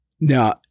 Now